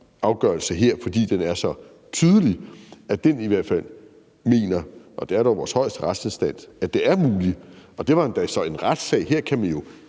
afgørelse, fordi den er så tydelig. For man mener i hvert fald – og det er dog vores højeste retsinstans – at det er muligt, og at det var endda så i en retssag, og her kan man jo